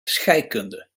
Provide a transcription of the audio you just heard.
scheikunde